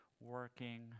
working